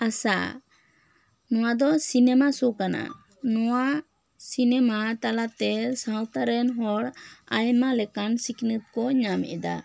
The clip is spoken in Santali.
ᱟᱥᱟ ᱱᱚᱶᱟ ᱫᱚ ᱥᱤᱱᱮᱢᱟ ᱥᱳ ᱠᱟᱱᱟ ᱱᱚᱶᱟ ᱥᱤᱱᱮᱢᱟ ᱛᱟᱞᱟᱛᱮ ᱥᱟᱶᱛᱟ ᱨᱮᱱ ᱦᱚᱲ ᱟᱭᱢᱟ ᱞᱮᱠᱟᱱ ᱥᱤᱠᱷᱱᱟᱹᱛ ᱠᱚ ᱧᱟᱢ ᱮᱫᱟ